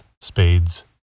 spades